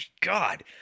God